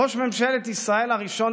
ראש ממשלת ישראל הראשון,